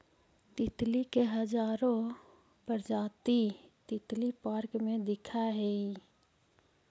तितली के हजारो प्रजाति तितली पार्क में दिखऽ हइ